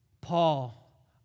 Paul